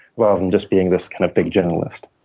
rather than just being this kind of big generalist.